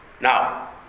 Now